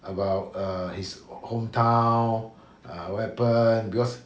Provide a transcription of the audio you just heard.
about err his hometown err what happened because